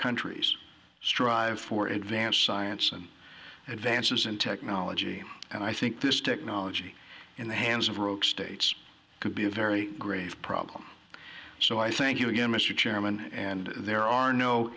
countries strive for advanced science and advances in technology and i think this technology in the hands of rogue states could be a very grave problem so i thank you again mr chairman and there are no